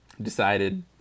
decided